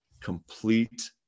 complete